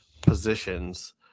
positions